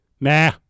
nah